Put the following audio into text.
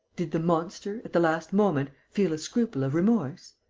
did the monster, at the last moment, feel a scruple of remorse?